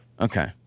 Okay